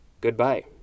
Goodbye